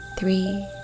Three